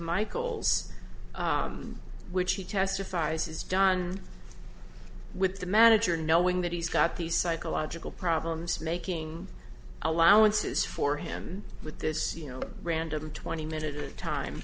michael's which he testifies is done with the manager knowing that he's got these psychological problems making allowances for him with this you know random twenty minute time